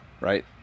Right